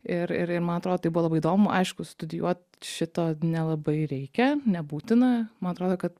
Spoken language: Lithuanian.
ir ir ir man atrodo tai buvo labai įdomu aišku studijuot šito nelabai reikia nebūtina man atrodo kad